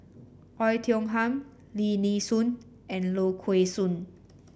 Oei Tiong Ham Lim Nee Soon and Low Kway Song